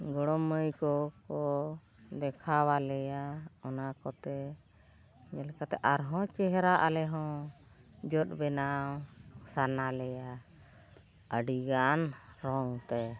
ᱜᱚᱲᱚᱢ ᱢᱟᱹᱭ ᱠᱚᱠᱚ ᱫᱮᱠᱷᱟᱣᱟᱞᱮᱭᱟ ᱚᱱᱟ ᱠᱚᱛᱮ ᱡᱮᱞᱮᱠᱟᱛᱮ ᱟᱨᱦᱚᱸ ᱪᱮᱦᱨᱟ ᱟᱞᱮ ᱦᱚᱸ ᱡᱚᱫ ᱵᱮᱱᱟᱣ ᱥᱟᱱᱟ ᱞᱮᱭᱟ ᱟᱹᱰᱤ ᱜᱟᱱ ᱨᱚᱝᱛᱮ